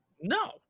no